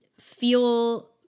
feel